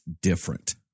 different